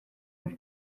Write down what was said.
oedd